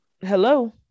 Hello